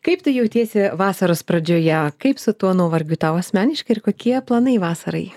kaip tu jautiesi vasaros pradžioje kaip su tuo nuovargiu tau asmeniškai ir kokie planai vasarai